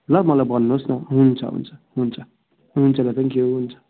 ल मलाई भन्नुहोस् न हुन्छ हुन्छ हुन्छ हुन्छ ल थ्याङ्क्यु हुन्छ